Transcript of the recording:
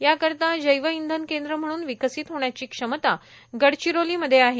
याकरिता जैव इंधन केंद्र म्हणून विकसित होण्याची क्षमता गडचिरोलीमध्ये आहे